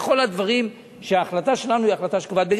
בכל הדברים שבהם ההחלטה שלנו היא החלטה שקובעת.